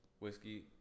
whiskey